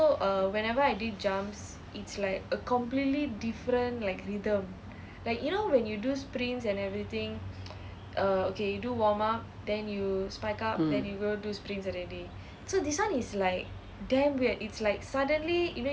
mm